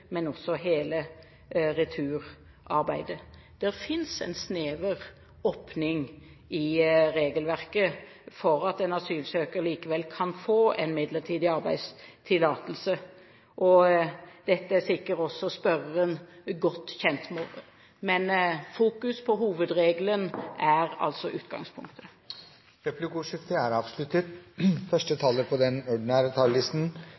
men også hele returarbeidet. Det finnes en snever åpning i regelverket for at en asylsøker likevel kan få en midlertidig arbeidstillatelse. Det er sikkert også spørreren godt kjent med. Men fokus på hovedregelen er utgangspunktet. Replikkordskiftet er avsluttet.